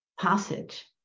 passage